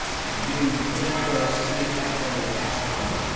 you think they'll see it that way at asgard?